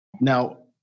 Now